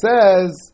says